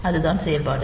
அதுதான் செயல்பாடு